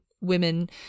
women